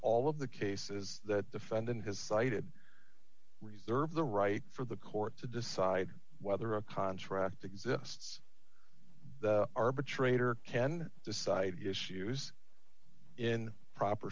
all of the cases that defendant has cited reserve the right for the court to decide whether a contract exists the arbitrator can decide issues in proper